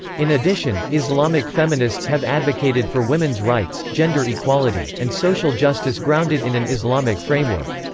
in addition, islamic feminists have advocated for women's rights, gender equality, and social justice grounded in an islamic framework.